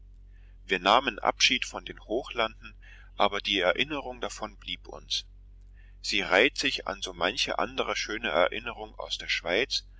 wir nahmen abschied von den hochlanden aber die erinnerung davon blieb uns sie reiht sich an so manche andere schöne erinnerung aus der schweiz